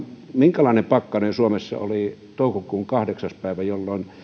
minkälainen pakkanen suomessa oli toukokuun kahdeksas päivä jolloin